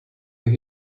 that